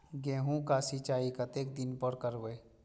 गेहूं का सीचाई कतेक दिन पर करबे?